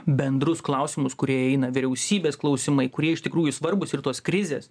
bendrus klausimus kurie eina vyriausybės klausimai kurie iš tikrųjų svarbūs ir tos krizės